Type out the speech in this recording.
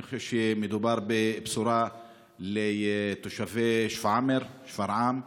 אני חושב שמדובר בבשורה לתושבי שפרעם,